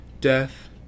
death